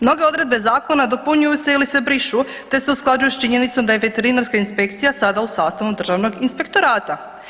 Mnoge odredbe zakona dopunjuju se ili se brišu te se usklađuju s činjenicom da je veterinarska inspekcija sada u sastavu Državnog inspektorata.